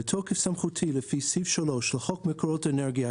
בתוקף סמכותי לפי סעיף 3 לחוק מקורות אנרגיה,